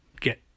get